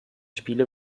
spiele